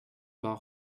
pas